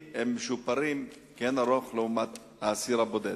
משופרים לאין ערוך לעומת האסיר הבודד.